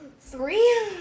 Three